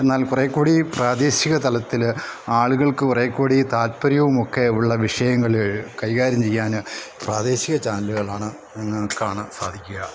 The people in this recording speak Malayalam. എന്നാൽ കുറേക്കൂടി പ്രാദേശിക തലത്തിൽ ആളുകൾക്ക് കുറെ കൂടി താല്പര്യവും ഒക്കെ ഉള്ള വിഷയങ്ങൾ കൈകാര്യം ചെയ്യാൻ പ്രാദേശിക ചാനലുകളാണ് ഇന്ന് കാണാൻ സാധിക്കുക